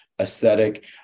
aesthetic